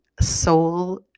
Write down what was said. soul